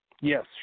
Yes